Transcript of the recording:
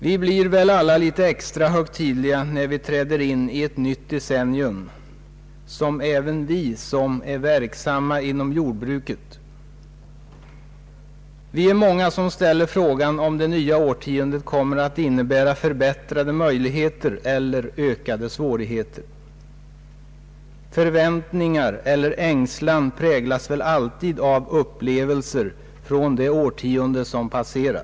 Vi blir väl alla litet extra högtidliga när vi träder in i ett nytt decennium, så även vi som är verksamma inom jordbruket. Vi är många som ställer frågan om det nya årtiondet kommer att innebära förbättrade möjligheter eller ökade svårigheter. Förväntningar eller ängslan präglas väl alltid av upplevelser från det årtionde som passerats.